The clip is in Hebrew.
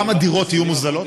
כמה דירות יהיו מוזלות,